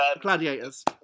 Gladiators